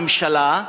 ממשלה,